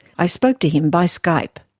i spoke to him by skype.